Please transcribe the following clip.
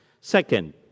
Second